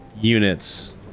units